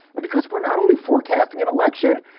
and because we're not only forecasting an election,